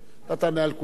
ואתה תענה על כולן יחד.